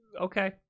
Okay